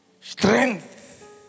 strength